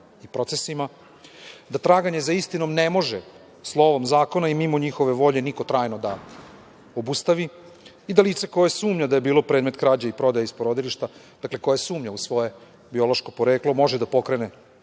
i procesima, da traganje za istinom ne može slovom zakona i mimo njihove volje niko trajno obustavi i da lice koje sumnja da je bilo predmet krađe ili prodaje iz porodilišta, dakle koje sumnja u svoje biološko poreklo može da pokrene